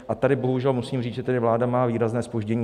A tady bohužel musím říct, že vláda má výrazné zpoždění.